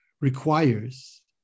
requires